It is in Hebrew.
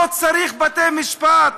לא צריך בתי-משפט,